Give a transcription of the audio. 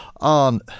On